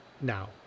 Now